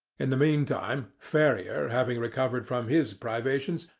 in the meantime ferrier having recovered from his privations,